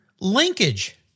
Linkage